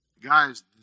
guys